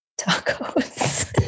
tacos